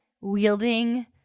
wielding